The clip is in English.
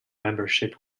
membership